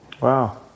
Wow